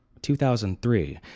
2003